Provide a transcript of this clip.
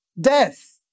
death